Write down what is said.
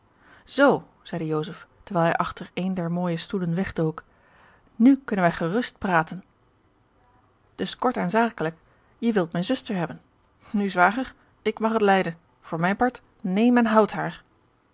zoo zeide joseph terwijl hij achter een der mooije stoelen wegdook nu kunnen wij gerust praten dus kort en zakelijk je wilt mijne zuster hebben nu zwager ik mag het lijden voor mijn part neem en houd haar